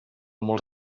molts